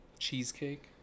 Cheesecake